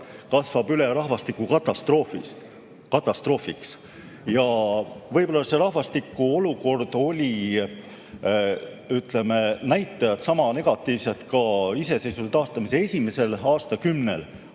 kasvab üle rahvastikukatastroofiks. Võib-olla selle rahvastiku olukorra, ütleme, näitajad olid sama negatiivsed ka iseseisvuse taastamise esimesel aastakümnel,